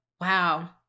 Wow